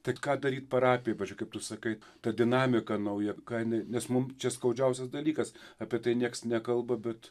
tai ką daryt parapijai kaip tu sakai ta dinamika nauja ką jinai nes mum čia skaudžiausias dalykas apie tai nieks nekalba bet